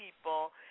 people